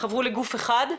חברו לגוף אחד,